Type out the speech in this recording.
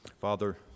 Father